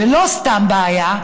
ולא סתם בעיה,